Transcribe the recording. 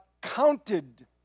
counted